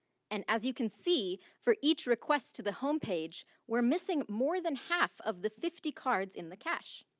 and as you can see, for each request to the homepage we're missing more than half of the fifty cards in the cache.